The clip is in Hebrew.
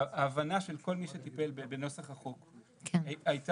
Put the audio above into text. ההבנה של כל מי שטיפל בנוסח החוק היא הייתה